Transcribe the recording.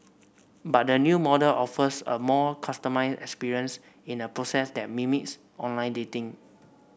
but the new model offers a more customised experience in a process that mimics online dating